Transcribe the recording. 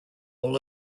all